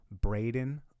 Braden